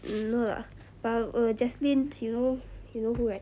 hmm no lah but err jaslyn you know you know who right